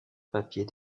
papier